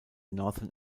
northern